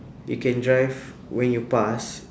you can drive when you pass